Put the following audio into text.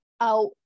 out